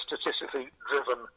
statistically-driven